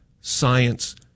science